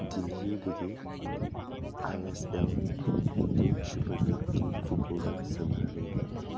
ꯗꯤꯜꯍꯤꯗꯒꯤ I S L Indian super ꯂꯤꯛꯀꯤ ꯐꯨꯠꯕꯣꯜꯗ ꯁꯥꯟꯅꯔꯦ